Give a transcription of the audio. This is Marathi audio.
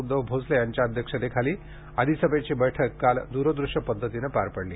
उद्दव भोसले यांच्या अध्यक्षतेखाली अधिसभेची बैठक काल द्रदृश्य पद्धतीने पार पडली